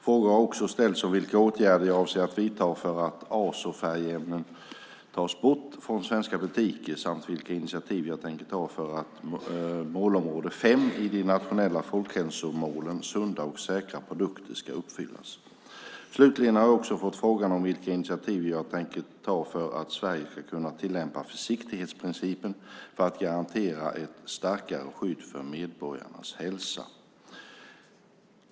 Frågor har också ställts om vilka åtgärder jag avser att vidta för att azofärgämnen tas bort från svenska butiker samt vilka initiativ jag tänker ta för att målområde 5 i de nationella folkhälsomålen, sunda och säkra produkter, ska uppfyllas. Slutligen har jag också fått frågan vilka initiativ jag tänker ta för att Sverige ska kunna tillämpa försiktighetsprincipen för att garantera ett starkare skydd för medborgarnas hälsa.